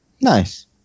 nice